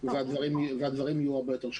והדברים יהיו הרבה יותר שקופים.